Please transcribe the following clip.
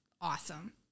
awesome